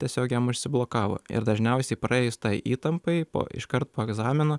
tiesiog jam užsiblokavo ir dažniausiai praėjus tai įtampai po iškart po egzamino